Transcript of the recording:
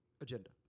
agenda